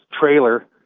trailer